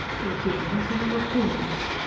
there were humans, and there were plumies.